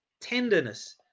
Tenderness